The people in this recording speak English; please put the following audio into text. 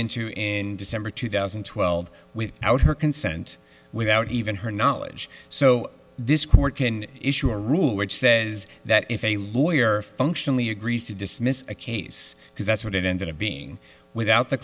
into in december two thousand and twelve without her consent without even her knowledge so this court can issue a rule which says that if a lawyer functionally agrees to dismiss a case because that's what it ended up being without the